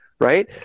Right